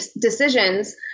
decisions